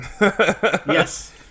Yes